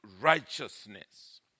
righteousness